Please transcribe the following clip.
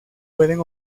pueden